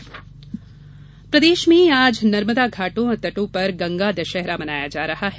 गंगा दशहरा प्रदेश में आज नर्मदा घाटों और तटों पर गंगा दशहरा मनाया जा रहा है